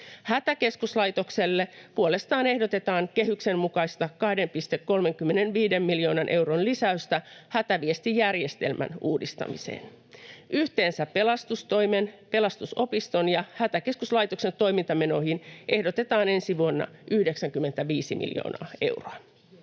Hätäkeskuslaitokselle puolestaan ehdotetaan kehyksen mukaista 2,35 miljoonan euron lisäystä hätäviestijärjestelmän uudistamiseen. Yhteensä pelastustoimen, Pelastusopiston ja Hätäkeskuslaitoksen toimintamenoihin ehdotetaan ensi vuonna 95 miljoonaa euroa.